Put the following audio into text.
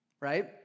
right